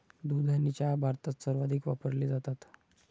दूध आणि चहा भारतात सर्वाधिक वापरले जातात